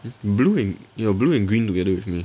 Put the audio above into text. blue and ya blue and green together with me